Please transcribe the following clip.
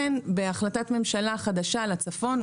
בהחלטת ממשלה חדשה לצפון,